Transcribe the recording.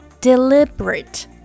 deliberate